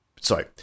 Sorry